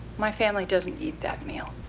my family doesn't eat that meal.